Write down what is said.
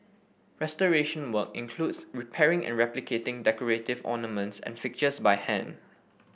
restoration work includes repairing and replicating decorative ornaments and fixtures by hand